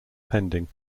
pending